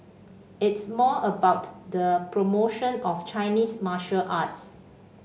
it's more about the promotion of Chinese martial arts